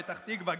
פתח תקווה,